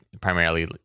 primarily